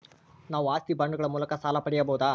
ನಾವು ಆಸ್ತಿ ಬಾಂಡುಗಳ ಮೂಲಕ ಸಾಲ ಪಡೆಯಬಹುದಾ?